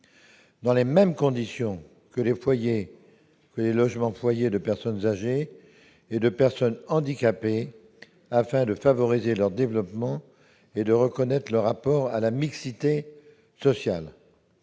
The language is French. dans les mêmes conditions que les logements-foyers de personnes âgées et de personnes handicapées, afin de favoriser leur développement et de reconnaître leur apport à la mixité sociale.